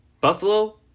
Buffalo